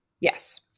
Yes